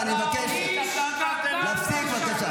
זה לא לעניין עכשיו, מספיק.